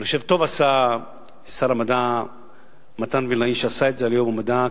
אני חושב שטוב עשה שר המדע מתן וילנאי שעשה את זה ליום המדע,